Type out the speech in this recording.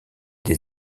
des